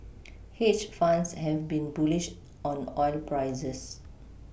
hedge funds have been bullish on oil prices